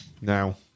Now